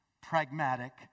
pragmatic